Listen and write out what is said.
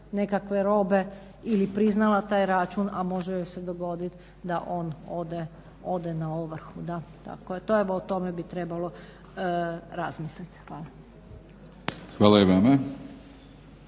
nekakve robe ili priznala taj račun, a može joj se dogodit da on ode na ovrhu. O tome bi trebalo razmisliti. Hvala. **Lovrin,